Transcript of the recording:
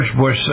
Bush